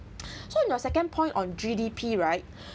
so on your second point on G_D_P right